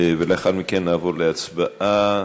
לאחר מכן נעבור להצבעה.